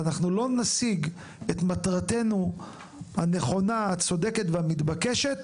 ואנחנו לא נשיג את מטרתנו הנכונה הצודקת והמתבקשת,